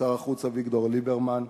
שר החוץ אביגדור ליברמן,